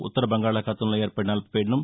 ఉత్తర బంగాళాఖాతంలో ఏర్పడిన అల్బపీడనం